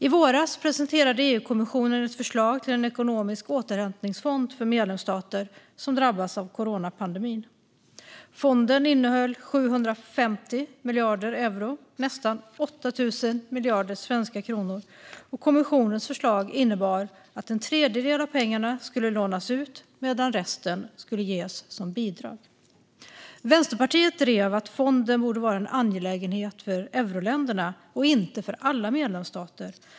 I våras presenterade EU-kommissionen ett förslag till en ekonomisk återhämtningsfond för medlemsstater som drabbats av coronapandemin. Fonden innehöll 750 miljarder euro, nästan 8 000 miljarder svenska kronor, och kommissionens förslag innebar att en tredjedel av pengarna skulle lånas ut medan resten skulle ges som bidrag. Vänsterpartiet drev att fonden borde vara en angelägenhet för euroländerna och inte för alla medlemsstater.